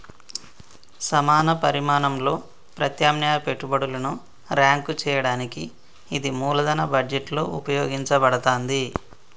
సమాన పరిమాణంలో ప్రత్యామ్నాయ పెట్టుబడులను ర్యాంక్ చేయడానికి ఇది మూలధన బడ్జెట్లో ఉపయోగించబడతాంది